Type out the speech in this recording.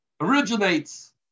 originates